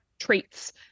traits